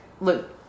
Look